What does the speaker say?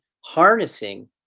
harnessing